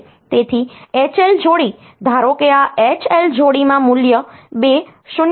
તેથી H L જોડી ધારો કે આ H L જોડીમાં મૂલ્ય 2000 છે